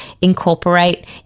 incorporate